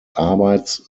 arbeits